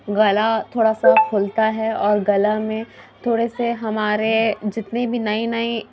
گلہ تھوڑا صاف کُھلتا ہے اور گلہ میں تھوڑے سے ہمارے جتنی بھی نئی نئی